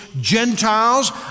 Gentiles